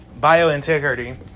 Biointegrity